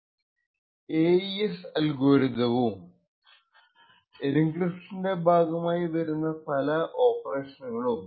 AES അൽഗോരിതവും AES എൻക്രിപ്ഷൻറെ ഭാഗമായി വരുന്ന പല ഓപ്പറേഷനുകളും നിങ്ങൾക്കറിയാമെന്നു വിചാരിക്കുന്നു